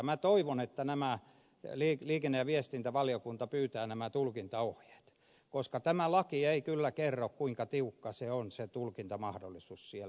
minä toivon että liikenne ja viestintävaliokunta pyytää nämä tulkintaohjeet koska tämä laki ei kyllä kerro kuinka tiukka se tulkintamahdollisuus on siellä